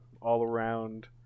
all-around